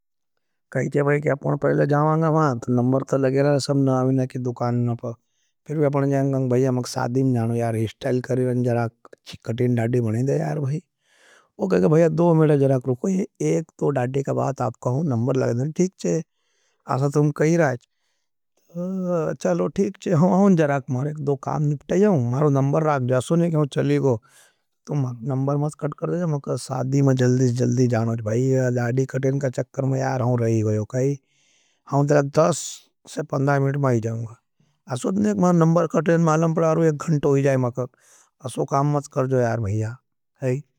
कहते हैं कि अपने पहले जाने के लिए नमबर तो लगे रहे हैं, अपने सादी में जाने के लिए, हिस्टाईल करें, ज़राख कटेन डाड़ी बनें दे। अपने सादी में जाने के लिए नमबर तो लगे रहे हैं, अपने सादी में ज़राख कटेन डाड़ी बनें दे। दो मिनट आप रुकिए, नंबर मत काटिए, अपना शादी में जल्दी से जल्दी जाना। हम दस से पंद्रह में आ जाऊंगा। असो काम मत करे नी भईया।